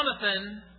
Jonathan